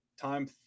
time